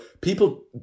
people